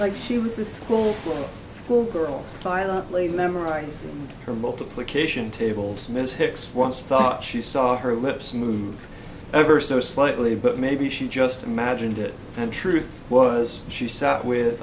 like she was a school girl schoolgirl silently memorizing her multiplication tables ms hicks once thought she saw her lips move ever so slightly but maybe she just imagined it and truth was she sat with